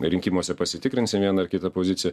rinkimuose pasitikrinsim vieną ar kitą poziciją